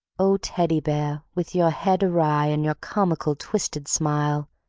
o teddy bear! with your head awry and your comical twisted smile,